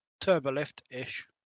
turbolift-ish